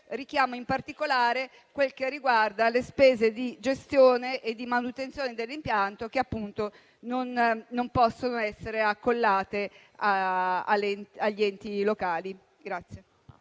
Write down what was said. richiamo in particolare ciò che riguarda le spese di gestione e manutenzione dell'impianto, che non possono essere accollate agli enti locali.